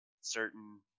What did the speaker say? certain